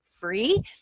free